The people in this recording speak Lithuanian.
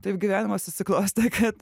taip gyvenimas susiklostė kad